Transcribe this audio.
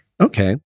Okay